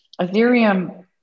Ethereum